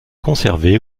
conservée